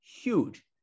huge